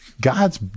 God's